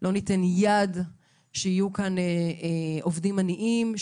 אנחנו לא ניתן שיהיו כאן עובדים עניים,